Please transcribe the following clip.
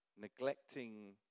Neglecting